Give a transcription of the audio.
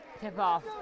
tip-off